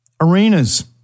Arenas